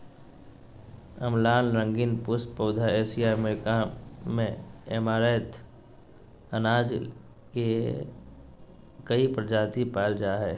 अम्लान रंगीन पुष्प पौधा एशिया अमेरिका में ऐमारैंथ अनाज ले कई प्रजाति पाय जा हइ